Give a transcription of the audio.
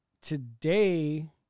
today-